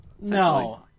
No